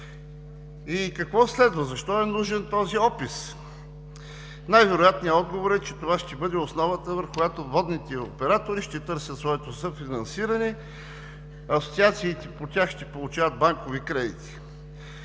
И какво следва? Защо е нужен този опис? Най-вероятният отговор е, че това ще бъде основата, върху която водните оператори ще търсят своето съфинансиране, асоциациите по тях ще получават банкови кредити.